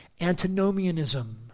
antinomianism